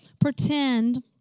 pretend